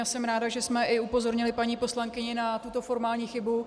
A jsem ráda, že jsme i upozornili paní poslankyni na tuto formální chybu.